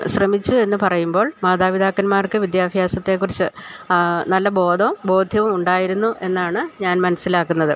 ശ്രമിച്ചു എന്നു പറയുമ്പോൾ മാതാപിതാക്കന്മാർക്ക് വിദ്യാഭ്യാസത്തെ കുറിച്ച് നല്ല ബോധവും ബോധ്യവും ഉണ്ടായിരുന്നു എന്നാണു ഞാൻ മൻസ്സിലാക്കുന്നത്